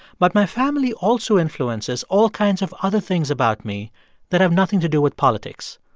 but my family also influences all kinds of other things about me that have nothing to do with politics.